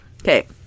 Okay